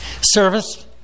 service